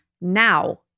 now